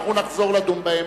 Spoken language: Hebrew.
אנחנו נחזור לדון בהם.